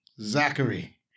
Zachary